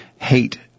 hate